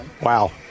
Wow